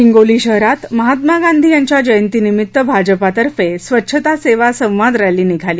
हिंगोली शहरात महात्मा गांधी यांच्या जयंतीनिमित्त भाजपातर्फे स्वच्छता सेवा संवाद रॅली निघाली